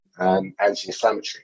Anti-inflammatory